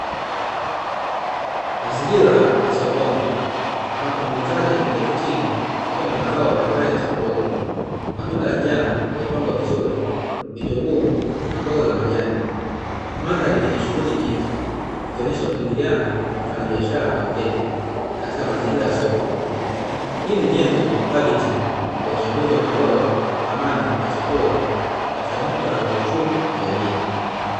Mazingira ya sokoni ambapo muuzaji ameketi chini akiwa na mazao mbalimbali ya chakula, matunda ya njano yaliyopangwa vizuri, vitunguu na mboga za majani; mandhari ni yenye shughuli nyingi ikionyesha muingiliano wa wafanyabiashara na wateja katika mazingira ya soko. Hii ni nyenzo thabiti kwa uchambuzi wa mnyororo wa thamani ya chakula katika muktadha wa kiuchumi wa jamii.